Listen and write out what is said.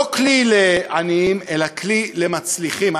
לא כלי לעניים אלא כלי למצליחים.